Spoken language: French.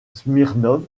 smirnov